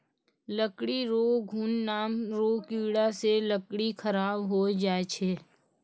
लकड़ी रो घुन नाम रो कीड़ा से लकड़ी खराब होय जाय छै